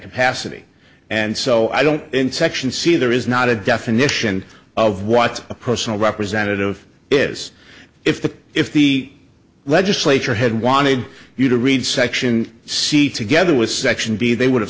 capacity and so i don't in section c there is not a definition of what a personal representative is if the if the legislature had wanted you to read section c together with section b the he would